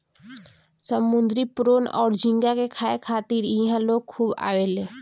समुंद्री प्रोन अउर झींगा के खाए खातिर इहा लोग खूब आवेले